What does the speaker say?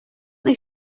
they